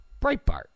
breitbart